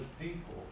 people